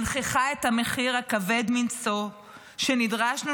מנכיחה את המחיר הכבד מנשוא שנדרשנו